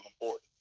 important